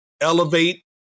elevate